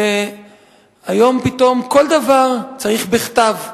והיום פתאום כל דבר צריך בכתב,